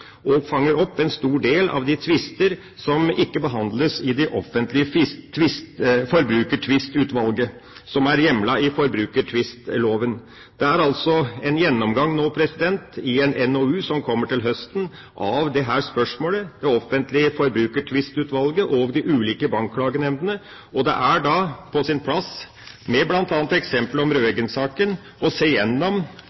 og fanger opp en stor del av de tvister som ikke behandles i det offentlige Forbrukertvistutvalget, som er hjemlet i forbrukertvistloven. Det er nå en gjennomgang i en NOU som kommer til høsten, av dette spørsmålet, det offentlige Forbrukertvistutvalget og de ulike bankklagenemndene. Det er da på sin plass, bl.a. med bakgrunn i eksemplet om